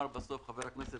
אמרו לי: "ביקשנו את ההלוואה,